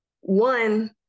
One